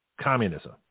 communism